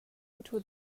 into